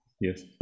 yes